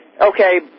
okay